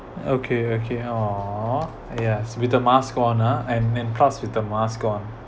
okay okay oh yes with the mask on lah and and plus with the mask on